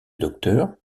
docteur